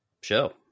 show